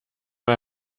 mal